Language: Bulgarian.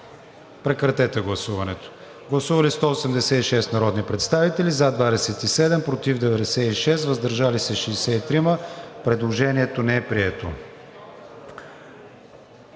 прегласуване. Гласували 186 народни представители: за 27, против 96, въздържали се 63. Предложението не е прието.